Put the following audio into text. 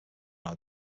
are